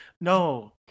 No